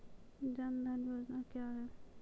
जन धन योजना क्या है?